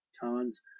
Tons